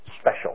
special